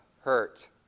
hurt